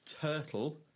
turtle